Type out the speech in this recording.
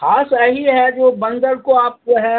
हाँ सही है जो बंदर को आप जो है